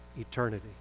eternity